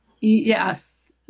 Yes